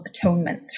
atonement